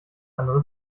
andere